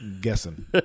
guessing